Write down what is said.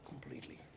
completely